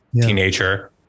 teenager